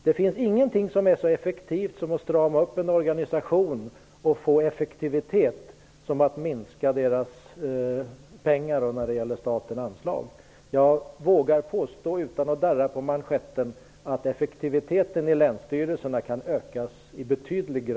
Det finns inget som är så bra för att strama upp och förbättra effektiviteten i en organisation som minskade anslag från staten. Jag vågar påstå, utan att darra på manschetten, att effektiviteten i länsstyrelserna kan ökas betydligt.